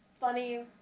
funny